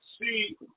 See